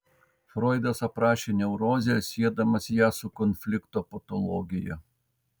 froidas aprašė neurozę siedamas ją su konflikto patologija